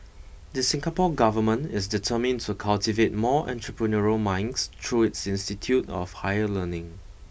the Singapore government is determined to cultivate more entrepreneurial minds through its institute of higher learning